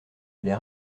les